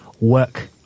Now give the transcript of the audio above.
work